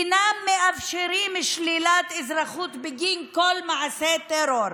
והן אינן מאפשרות שלילת אזרחות בגין כל מעשה טרור,